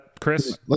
Chris